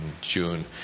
June